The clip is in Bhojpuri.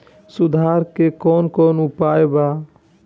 सुधार के कौन कौन उपाय वा?